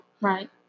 Right